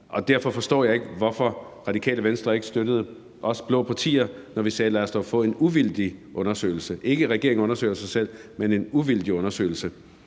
Derfor forstår jeg ikke, hvorfor Radikale Venstre ikke støttede os blå partier, da vi sagde: Lad os dog få en uvildig undersøgelse – ikke en, hvor regeringen undersøger sig selv, men en uvildig undersøgelse.